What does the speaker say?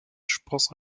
spross